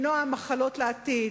כדי למנוע מחלות לעתיד,